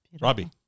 Robbie